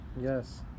yes